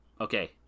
okay